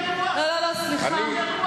לא, לא, לא, סליחה.